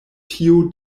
tio